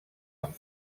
amb